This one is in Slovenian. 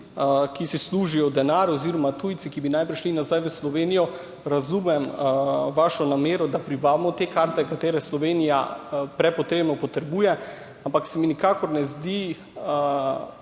ki si služijo denar oziroma tujci, ki bi naj prišli nazaj v Slovenijo, razumem vašo namero, da privabimo te kadre katere Slovenija prepotrebno potrebuje, ampak se mi nikakor ne zdi